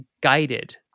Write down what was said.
guided